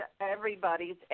everybody's